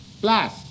plus